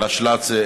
ראשל"צ,